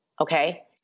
okay